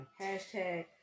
hashtag